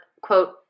quote